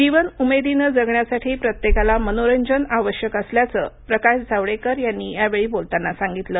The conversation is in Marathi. जीवन उमेदीनं जगण्यासाठी प्रत्येकाला मनोरंजन आवश्यक असल्याचं प्रकाश जावडेकर यांनी यावेळी बोलताना सांगितलं